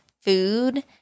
food